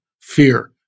Fear